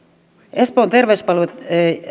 espoon terveyspalvelut